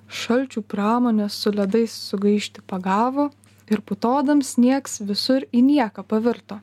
šalčių pramonės su ledais sugaišti pagavo ir putodams sniegs visur į nieką pavirto